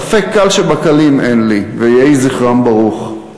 ספק קל שבקלים אין לי, ויהי זכרם ברוך.